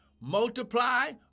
multiply